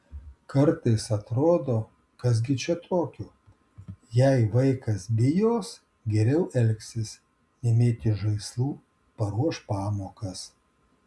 kartais atrodo kas gi čia tokio jei vaikas bijos geriau elgsis nemėtys žaislų paruoš pamokas